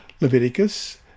Leviticus